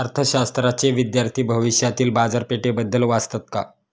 अर्थशास्त्राचे विद्यार्थी भविष्यातील बाजारपेठेबद्दल वाचतात का?